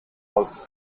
aus